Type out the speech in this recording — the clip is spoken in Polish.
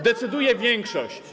Decyduje większość.